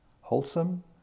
wholesome